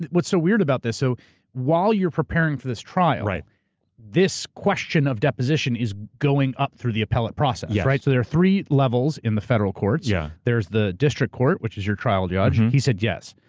what's so weird about this. so while you're preparing for this trial, this question of deposition is going up through the appellate process. yes. right, so there are three levels in the federal courts, yeah there's the district court, which is your trial judge, he said yes.